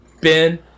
Ben